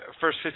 first